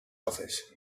office